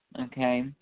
okay